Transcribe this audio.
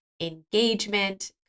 engagement